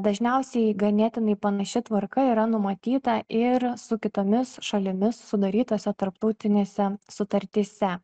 dažniausiai ganėtinai panaši tvarka yra numatyta ir su kitomis šalimis sudarytose tarptautinėse sutartyse